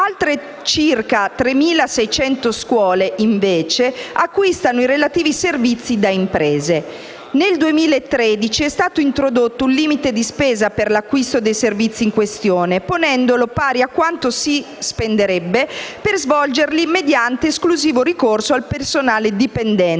Altre 3.600 scuole circa, invece, acquistano i relativi servizi da imprese. Nel 2013 è stato introdotto un limite di spesa per l'acquisto dei servizi in questione, ponendolo pari a quanto si spenderebbe per svolgerli mediante esclusivo ricorso al personale dipendente,